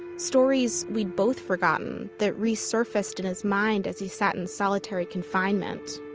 stories we'd both forgotten that resurfaced in his mind as he sat in solitary confinement.